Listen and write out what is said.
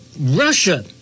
Russia